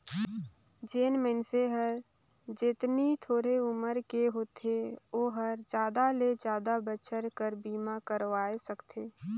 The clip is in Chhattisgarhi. जेन मइनसे हर जेतनी थोरहें उमर के होथे ओ हर जादा ले जादा बच्छर बर बीमा करवाये सकथें